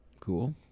Cool